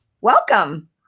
Welcome